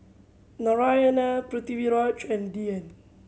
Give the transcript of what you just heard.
Narayana Pritiviraj and Dhyan